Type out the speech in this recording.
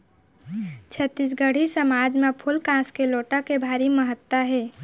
छत्तीसगढ़ी समाज म फूल कांस के लोटा के भारी महत्ता हे